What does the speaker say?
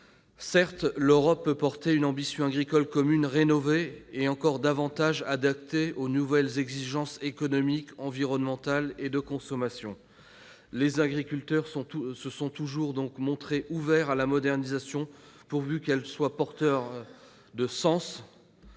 Certes, l'Europe peut porter une ambition agricole commune rénovée et encore mieux adaptée aux nouvelles exigences économiques, environnementales et de consommation. Les agriculteurs se sont toujours montrés ouverts à la modernisation, pourvu qu'elle soit porteuse de sens